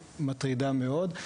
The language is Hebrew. מטרידה מאוד,